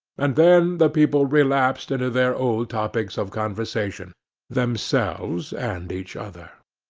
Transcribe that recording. and then the people relapsed into their old topics of conversation themselves and each other.